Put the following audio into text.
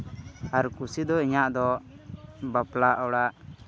ᱟᱨ ᱠᱩᱥᱤ ᱫᱚ ᱤᱧᱟᱹᱜ ᱫᱚ ᱵᱟᱯᱞᱟ ᱚᱲᱟᱜ